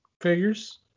figures